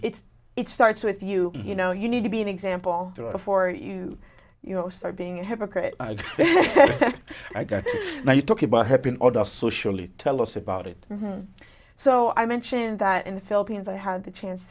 it's it starts with you you know you need to be an example for you you know start being a hypocrite i got you talking about helping others socially tell us about it and so i mentioned that in the philippines i had the chance